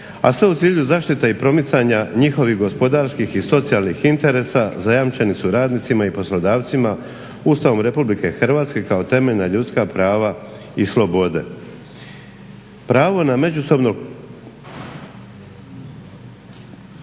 a sve u cilju zaštite i promicanja njihovih gospodarskih i socijalnih interesa zajamčeni su radnicima i poslodavcima Ustavom RH kao temeljna ljudska prava i slobode. Pravo na međusobno